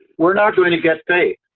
we're not going to get fape.